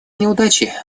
неудачи